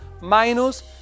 minus